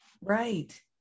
right